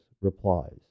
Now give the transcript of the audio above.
replies